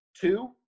two